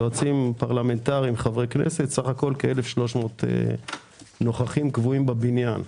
יועצים פרלמנטריים ועובדי כנסת סך הכול כ-1,300 נוכחים קבועים בבניין.